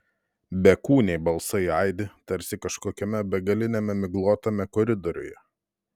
bekūniai balsai aidi tarsi kažkokiame begaliniame miglotame koridoriuje